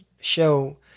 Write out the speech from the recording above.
show